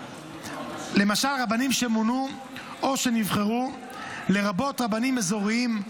למשל רבנים שמונו או שנבחרו לרבות רבנים אזוריים,